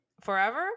forever